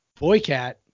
Boycat